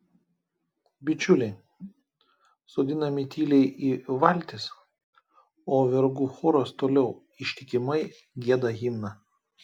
bičiuliai sodinami tyliai į valtis o vergų choras toliau ištikimai gieda himną